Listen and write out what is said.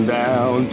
down